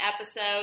episode